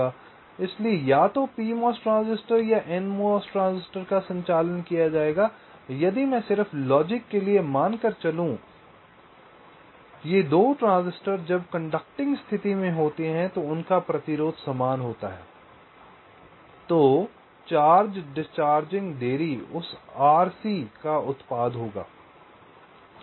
इसलिए या तो PMOS ट्रांजिस्टर या NMOS ट्रांजिस्टर का संचालन किया जाएगा इसलिए यदि मैं सिर्फ लॉजिक के लिए मान कर चलू ये 2 ट्रांजिस्टर जब कंडक्टिंग स्तिथि में होते हैं तो उनका प्रतिरोध समान होता है तो चार्ज डिस्चार्जिंग देरी उस RC का उत्पाद होगा